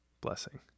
blessing